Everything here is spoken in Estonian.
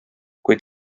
kuid